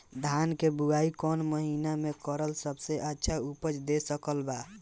धान के बुआई कौन महीना मे करल सबसे अच्छा उपज दे सकत बा?